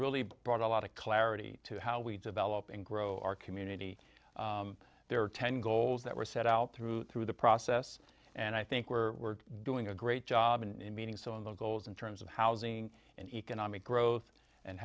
really brought a lot of clarity to how we develop and grow our community there are ten goals that we're set out through through the process and i think we're doing a great job in meeting some of the goals in terms of housing and economic growth and